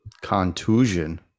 contusion